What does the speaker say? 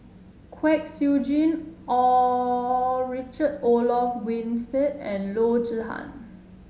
Kwek Siew Jin all Richard Olaf Winstedt and Loo Zihan